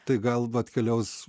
tai gal atkeliaus